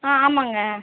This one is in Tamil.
ஆ ஆமாம்ங்க